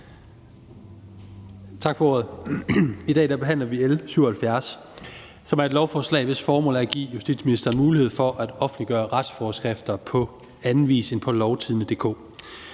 Tak for ordet. I dag behandler vi L 77, som er et lovforslag, hvis formål er at give justitsministeren mulighed for at offentliggøre retsforskrifter på anden vis end på lovtidende.dk.